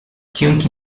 dzięki